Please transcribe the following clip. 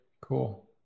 cool